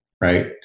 right